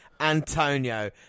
Antonio